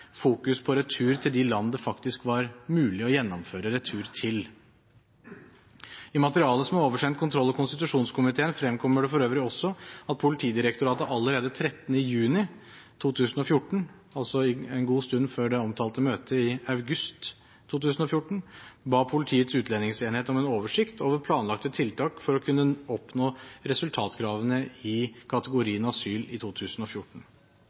fokus på retur til de land det faktisk var mulig å gjennomføre retur til. I materialet som er oversendt kontroll- og konstitusjonskomiteen, fremkommer det for øvrig også at Politidirektoratet allerede 13. juni 2014, altså en god stund før det omtalte møtet i august 2014, ba Politiets utlendingsenhet om en oversikt over planlagte tiltak for å kunne oppnå resultatkravet i kategorien asyl for 2014.